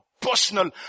personal